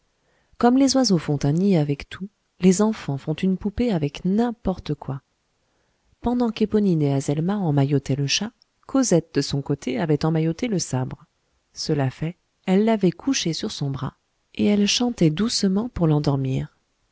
comme les oiseaux font un nid avec tout les enfants font une poupée avec n'importe quoi pendant qu'éponine et azelma emmaillotaient le chat cosette de son côté avait emmailloté le sabre cela fait elle l'avait couché sur ses bras et elle chantait doucement pour l'endormir